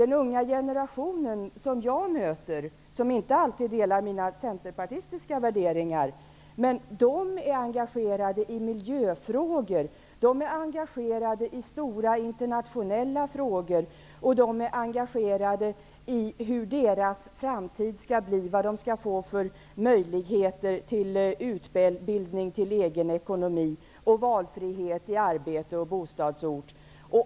Den unga generation som jag möter, som inte alltid delar mina centerpartistiska värderingar, är engagerad i miljöfrågor, i stora internationella frågor och i frågor om hur deras framtid skall bli, vilka möjligheter de kommer att få till utbildning, till egen ekonomi och till valfrihet i arbete och bostadsort.